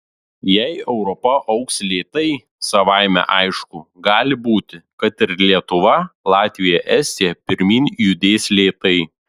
jei europa augs lėtai savaime aišku gali būti kad ir lietuva latvija estija pirmyn judės lėtai